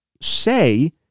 say